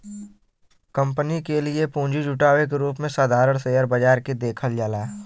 company के लिए पूंजी जुटावे के रूप में साधारण शेयर बाजार के देखल जाला